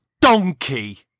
donkey